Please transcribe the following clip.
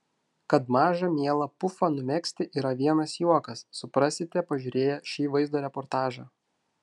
kad mažą mielą pufą numegzti yra vienas juokas suprasite pažiūrėję šį vaizdo reportažą